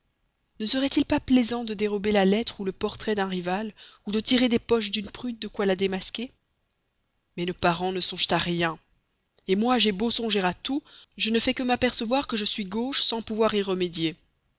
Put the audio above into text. ne serait-il pas plaisant de dérober la lettre ou le portrait d'un rival ou de tirer des poches d'une prude de quoi la démasquer mais nos parents ne songent à rien moi j'ai beau songer à tout je ne fais que m'apercevoir que je suis gauche sans pouvoir y remédier